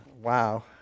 Wow